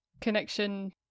connection